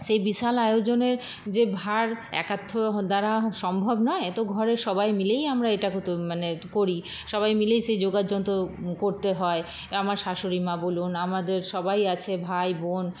সেই বিশাল আয়োজনের যে ভার একার তো দ্বারা সম্ভব নয় তো ঘরের সবাই মিলেই আমরা এটাকে তৈ মানে করি সবাই মিলেই সেই যোগাড় যন্ত্র করতে হয় আমার শাশুড়ি মা বলুন আমদের সবাই আছে ভাই বোন